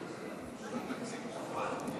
התקציב הוכפל?